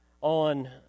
on